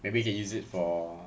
maybe you can use it for